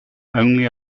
only